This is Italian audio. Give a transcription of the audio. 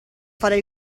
fare